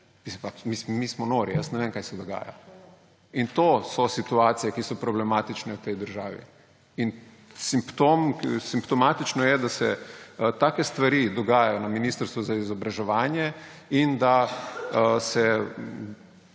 Mislim! Mi smo nori, jaz ne vem, kaj se dogaja! In to so situacije, ki so problematične v tej državi. In simptom, simptomatično je, da se take stvari dogajajo na Ministrstvu za izobraževanje in da se